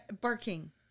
barking